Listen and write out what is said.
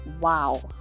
wow